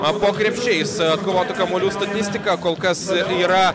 o po krepšiais atkovotų kamuolių statistika kol kas yra